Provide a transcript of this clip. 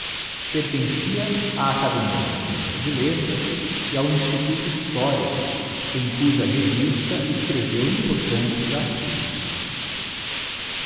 pertencia á academia brasileira de letras e ao instituto histórico em cuja revista escreveu importantes artigos